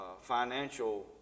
Financial